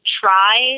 try